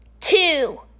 two